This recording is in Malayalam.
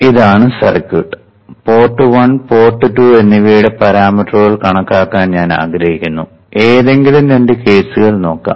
ഇതാണ് സർക്യൂട്ട് പോർട്ട് 1 പോർട്ട് 2 എന്നിവയുടെ പാരാമീറ്ററുകൾ കണക്കാക്കാൻ ഞാൻ ആഗ്രഹിക്കുന്നു ഏതെങ്കിലും രണ്ട് കേസുകൾ നോക്കാം